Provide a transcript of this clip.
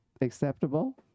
acceptable